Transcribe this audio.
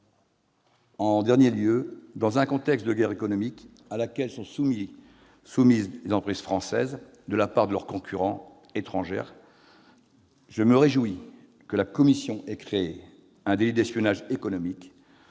En dernier lieu, dans le contexte de guerre économique auquel sont soumises les entreprises françaises par leurs concurrentes étrangères, je me réjouis que la commission ait créé un délit d'espionnage économique